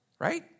Right